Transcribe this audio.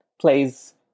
plays